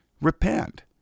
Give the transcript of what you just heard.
repent